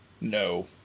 No